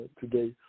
today